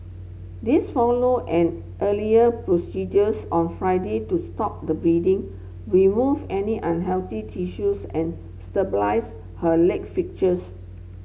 this followed an earlier procedures on Friday to stop the bleeding remove any unhealthy tissues and stabilise her leg fractures